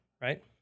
right